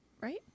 Right